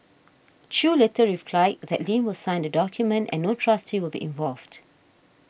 Chew later replied that Lam will sign the document and no trustee will be involved